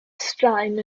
straen